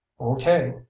okay